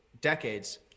decades